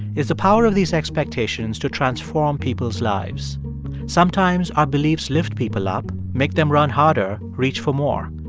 is the power of these expectations to transform people's lives sometimes, our beliefs lift people up make them run harder, reach for more.